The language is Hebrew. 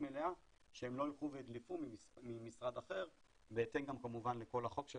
מלאה שהם לא יילכו וידלפו ממשרד אחר בהתאם כמובן לכל החוק של